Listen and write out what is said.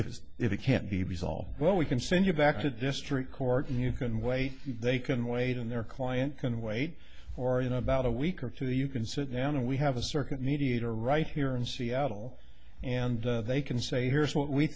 is if it can't be resolved well we can send you back to the district court and you can wait they can wait in their client and wait for you know about a week or two you can sit down and we have a circuit mediator right here in seattle and they can say here's what we